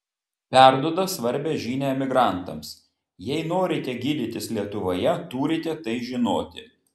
perduoda svarbią žinią emigrantams jei norite gydytis lietuvoje turite tai žinoti